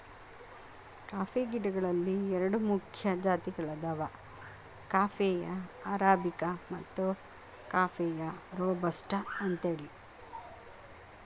coffee ಗಿಡಗಳಲ್ಲಿ ಎರಡು ಮುಖ್ಯ ಜಾತಿಗಳದಾವ ಕಾಫೇಯ ಅರಾಬಿಕ ಮತ್ತು ಕಾಫೇಯ ರೋಬಸ್ಟ ಅಂತೇಳಿ